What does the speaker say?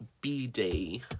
B-Day